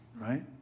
right